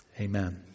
Amen